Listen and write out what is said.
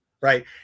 Right